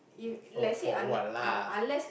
oh for what lah